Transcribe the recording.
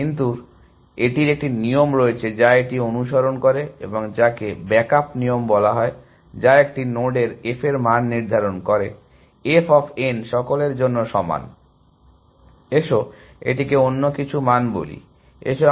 কিন্তু এটির একটি নিয়ম রয়েছে যা এটি অনুসরণ করে এবং যাকে ব্যাকআপ নিয়ম বলা হয় যা একটি নোডের f এর মান নির্ধারণ করে f অফ n সকলের জন্য সমান এসো এটিকে অন্য কিছু মান বলি